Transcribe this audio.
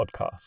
Podcast